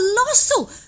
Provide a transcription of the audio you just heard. colossal